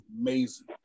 Amazing